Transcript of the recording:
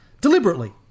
Deliberately